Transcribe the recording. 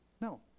No